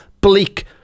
bleak